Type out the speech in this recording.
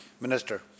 Minister